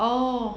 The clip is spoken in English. oh